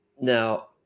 Now